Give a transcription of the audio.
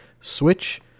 Switch